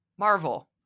Marvel